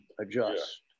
adjust